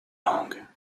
langues